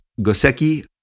Goseki